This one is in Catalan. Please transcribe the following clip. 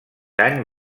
any